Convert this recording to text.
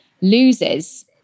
loses